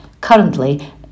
currently